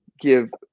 give